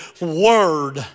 word